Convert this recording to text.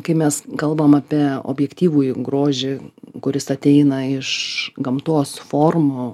kai mes kalbam apie objektyvųjį grožį kuris ateina iš gamtos formų